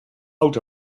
out